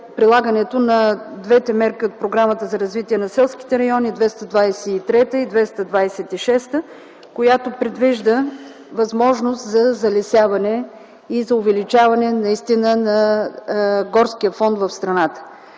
прилагането на двете мерки от Програмата за развитие на селските райони – 223-та и 226-та, която предвижда възможност за залесяване и за увеличаване на горския фонд в страната.